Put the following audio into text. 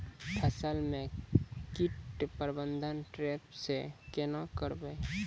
फसल म कीट प्रबंधन ट्रेप से केना करबै?